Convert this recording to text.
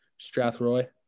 Strathroy